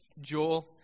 Joel